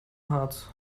harz